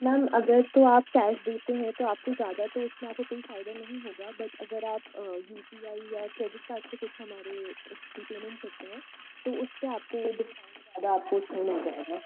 ma'am अगर तो आप कैश देते हैं तो आपको ज़्यादा तो उसमें आपको कोई फ़ायदा नहीं होगा बट अगर आप यू पी आई या क्रेडिट कार्ड से कुछ हमारे उसकी पेमेंट करते हैं तो उस पे आपको वो डिस्काउंट ज़्यादा आपको उसमें मिल जाएगा